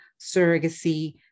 surrogacy